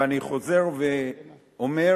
ואני חוזר ואומר: